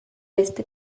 este